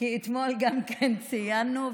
כי גם אתמול ציינו,